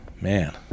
man